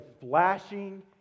flashing